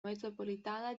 metropolitana